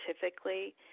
scientifically